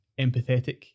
empathetic